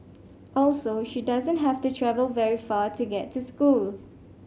also she doesn't have to travel very far to get to school